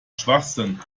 schwachsinn